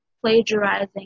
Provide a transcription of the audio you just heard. plagiarizing